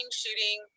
shooting